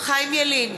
חיים ילין,